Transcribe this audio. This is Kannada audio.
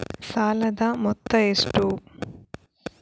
ಸಾಲದ ಮೊತ್ತ ಎಷ್ಟು?